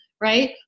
right